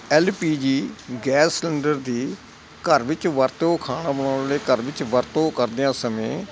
L P G gas cylinder ਦੀ ਘਰ ਵਿੱਚ ਵਰਤੋਂ ਖਾਣਾ ਬਣਾਉਣ ਲਈ ਘਰ ਵਿੱਚ ਵਰਤੋਂ ਕਰਦਿਆਂ ਸਮੇਂ